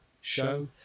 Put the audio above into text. show